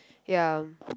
ya